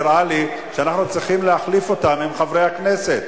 לפעמים נראה לי שאנחנו צריכים להחליף אותם עם חברי הכנסת.